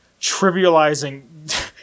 trivializing